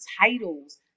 titles